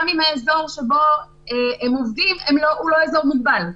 גם אם האזור שבו הם עובדים הוא לא אזור מוגבל.